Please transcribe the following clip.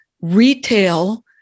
retail